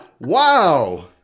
wow